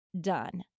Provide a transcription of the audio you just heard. done